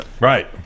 Right